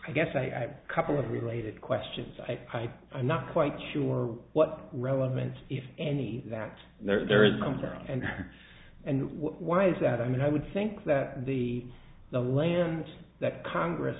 i guess i have couple of related questions i i'm not quite sure what relevance if any that there is sometimes and and why is that i mean i would sink that the the land that congress